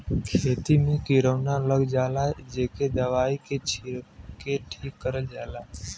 खेती में किरौना लग जाला जेके दवाई के छिरक के ठीक करल जाला